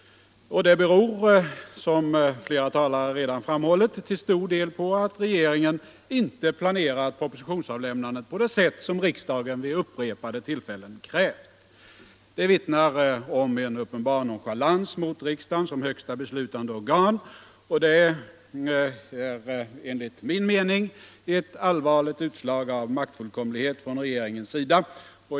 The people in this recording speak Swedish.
Det beror, såsom flera talare redan framhållit, till stor del på att regeringen inte planerat propositionsavlämnandet på det sätt som riksdagen vid upprepade tillfällen krävt. Det vittnar om en uppenbar nonchalans mot riksdagen som högsta beslutande organ. Detta är enligt min mening ett allvarligt utslag av maktfullkomlighet från regeringens sida.